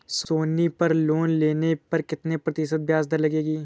सोनी पर लोन लेने पर कितने प्रतिशत ब्याज दर लगेगी?